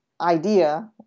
idea